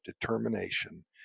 determination